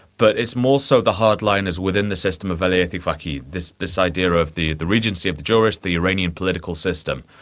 but it's more so the hardliners within the system of velayat-e faqih, this this idea of the the regency of the jurists, the iranian political system,